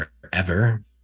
forever